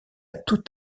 tout